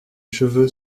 cheveux